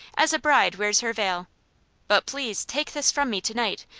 as a bride wears her veil but please take this from me to-night,